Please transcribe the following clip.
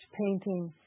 painting